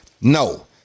no